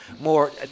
more